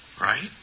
right